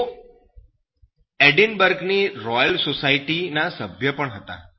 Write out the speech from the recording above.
તેઓ એડિનબર્ગની Royal Society ના સભ્ય પણ હતા